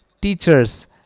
teachers